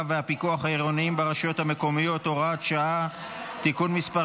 והפיקוח העירוניים ברשויות המקומיות (הוראת שעה) (תיקון מס'